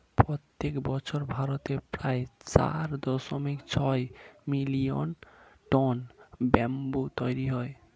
প্রত্যেক বছর ভারতে প্রায় চার দশমিক ছয় মিলিয়ন টন ব্যাম্বু তৈরী হয়